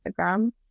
Instagram